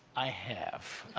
i have.